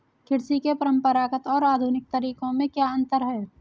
कृषि के परंपरागत और आधुनिक तरीकों में क्या अंतर है?